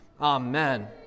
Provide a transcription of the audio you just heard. Amen